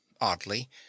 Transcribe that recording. oddly